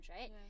right